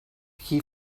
key